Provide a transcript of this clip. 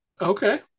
Okay